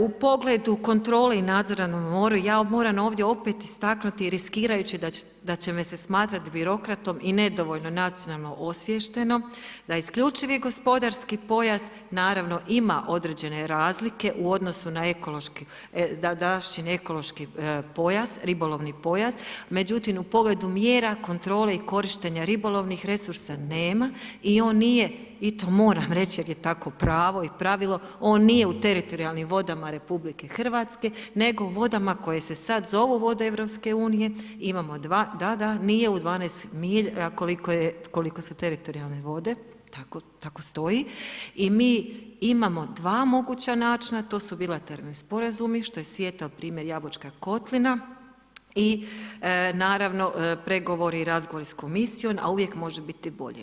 U pogledu kontrole i nadzora na moru, ja moram ovdje opet istaknuti riskirajući da će me se smatrat birokratom i nedovoljno nacionalnom osviještenom, da isključivi gospodarski pojas, naravno ima određene razlike u odnosu na ekološki pojas, ribolovni pojas, međutim u pogledu mjera, kontrole i korištenje ribolovnih resursa nema i on nije i to moram reći jer je tako pravo i pravilo, on nije u teritorijalnim vodama RH, nego u vodama koje se sad zovu vode EU, imamo dva, da da, nije u 12 milja koliko su teritorijalne vode, tako stoji, i mi imamo dva moguća načina, to su bilateralni sporazumi što je svijetao primjer Jabučka kotlina i naravno pregovori razgovori s komisijom, a uvijek može biti bolje.